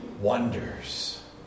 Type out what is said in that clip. wonders